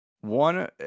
One